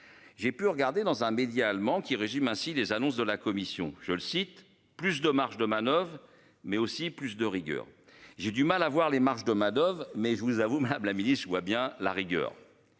J'ai pu regarder dans un média allemand qui régime ainsi les annonces de la commission, je le cite plus de marge de manoeuvre mais aussi plus de rigueur. J'ai du mal à voir les marges de Madoff. Mais je vous avoue Madame la Ministre je vois bien la rigueur.